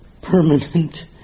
permanent